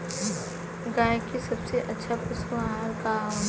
गाय के सबसे अच्छा पशु आहार का ह?